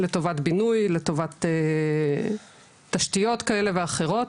לטובת בינוי, לטובת תשתיות כאלה ואחרות,